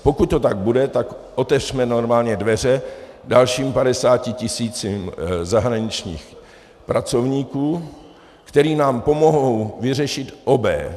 Pokud to tak bude, tak otevřme normálně dveře dalším padesáti tisícům zahraničních pracovníků, kteří nám pomohou vyřešit obé.